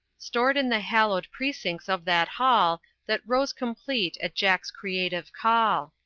stored in the hallowed precincts of that hall that rose complete at jack's creative call.